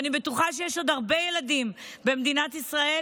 אני בטוחה שיש עוד הרבה ילדים במדינת ישראל